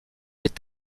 est